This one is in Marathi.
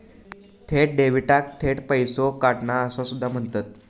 थेट डेबिटाक थेट पैसो काढणा असा सुद्धा म्हणतत